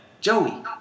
Joey